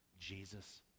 Jesus